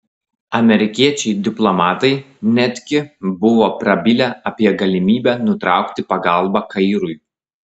amerikiečiai diplomatai netgi buvo prabilę apie galimybę nutraukti pagalbą kairui